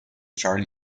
charlie